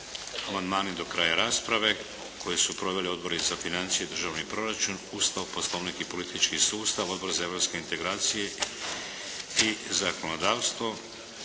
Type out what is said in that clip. Amandmani do kraja rasprave koje su proveli Odbori za financije, državni proračun, Ustav, Poslovnik i politički sustav, Odbor za europske integracije i zakonodavstvo.